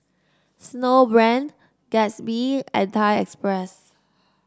Snowbrand Gatsby and Thai Express